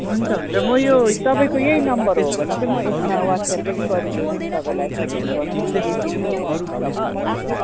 हुन्छ हुन्छ मो यो तपाईँको यही नम्बर हो भने चाहिँ म यसमा वाट्सएप पनि गरिदिन्छु नि तपाईँलाई सजिलो पर्छ बिर्सिनुहुँदैन नि डकुमेन्ट्सहरू